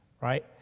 Right